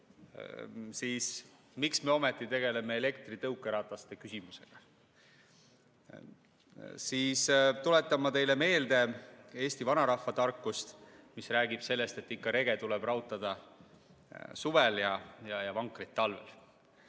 siis miks me ometi tegeleme elektritõukerataste küsimusega. Ent ma tuletan teile meelde Eesti vanarahva tarkust, mis räägib sellest, et rege rauta suvel ja vankrit talvel.